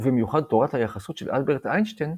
ובמיוחד תורת היחסות של אלברט איינשטיין,